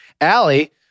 Allie